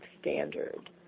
standard